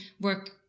work